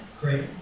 great